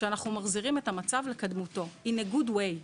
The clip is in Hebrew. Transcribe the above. מחזירים את המצב לקדמותו בדרך טובה.